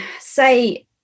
say